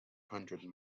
hundred